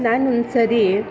ನಾನು ಒಂದು ಸರಿ